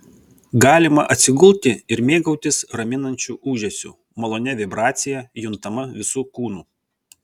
galima atsigulti ir mėgautis raminančiu ūžesiu malonia vibracija juntama visu kūnu